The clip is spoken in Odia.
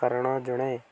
କରଣ ଜଣେ